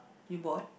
you bought